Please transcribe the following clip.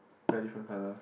guide different colour